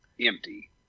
empty